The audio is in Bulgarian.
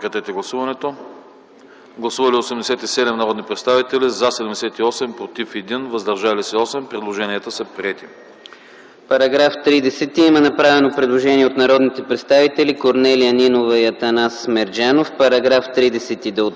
По § 3 има направено предложение от народните представители Корнелия Нинова и Атанас Мерджанов. Предложението